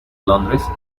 londres